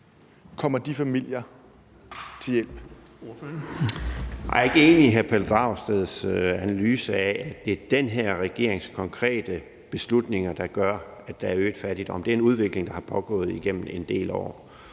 Henrik Frandsen (M): Nej, jeg er ikke enig i hr. Pelle Dragsteds analyse af, at det er den her regerings konkrete beslutninger, der gør, at der er øget fattigdom. Men det er en udvikling, der har pågået igennem en del år.